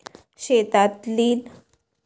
शेतातील पराटीची वेचनी झाल्यावर पराटीचं वजन कस कराव?